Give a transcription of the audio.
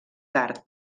tard